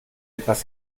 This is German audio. etwas